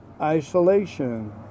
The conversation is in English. isolation